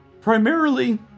Primarily